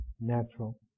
natural